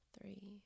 three